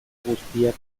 guztiak